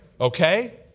okay